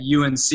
UNC